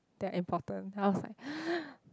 that are important then I was like